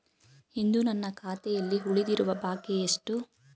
ಇಂದು ನನ್ನ ಖಾತೆಯಲ್ಲಿ ಉಳಿದಿರುವ ಬಾಕಿ ಎಷ್ಟು?